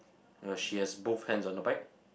uh she has both hands on the bike